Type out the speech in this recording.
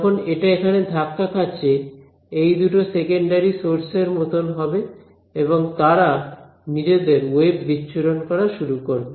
যখন এটা এখানে ধাক্কা খাচ্ছে এই দুটো সেকেন্ডারি সোর্সের মতো হবে এবং তারা নিজেদের ওয়েভ বিচ্ছুরণ করা শুরু করবে